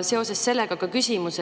Seoses sellega ka küsimus.